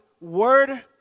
word